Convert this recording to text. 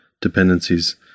dependencies